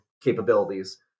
capabilities